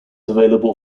available